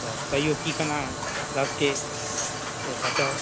तऽ कहिऔ की केना लगतै से बताउ